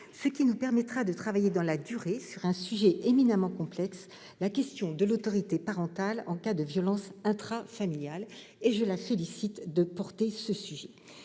ce qui nous permettra de travailler dans la durée sur un sujet éminemment complexe : la question de l'autorité parentale en cas de violences intrafamiliales. Je tiens aussi à féliciter notre